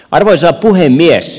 arvoisa puhemies